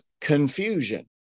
confusion